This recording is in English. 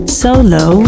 solo